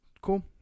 cool